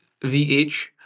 vh